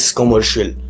commercial